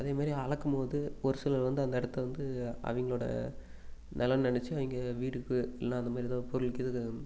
அதே மாதிரி அளக்கும்போது ஒரு சிலர் வந்து அந்த இடத்த வந்து அவங்களோட நிலன்னு நினைச்சி அவங்க வீடுக்கு இல்லைனா அந்த மாதிரி ஏதாவது ஒரு பொருள் கிது இதை